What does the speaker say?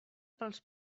pels